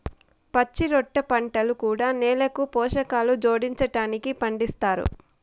పచ్చిరొట్ట పంటలు కూడా నేలకు పోషకాలు జోడించడానికి పండిస్తారు